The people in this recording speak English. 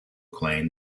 claimed